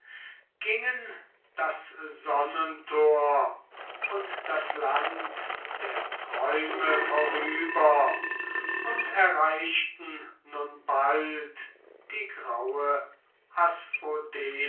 gingen das sonnentor und das land der träume vorüber und erreichten nun bald die graue